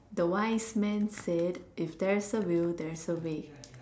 the wise man said if there is a will there is a way